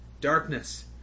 Darkness